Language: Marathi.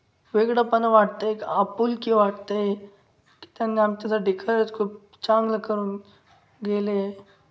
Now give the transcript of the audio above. वेगळं पण वाटते आहे क आपुलकी वाटते आहे की त्यांनी आमच्यासाठी खरंच खूप चांगलं करून गेले